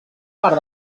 part